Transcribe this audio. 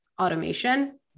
automation